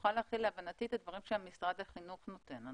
נוכל להכיל את הדברים שמשרד החינוך נותן.